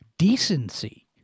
decency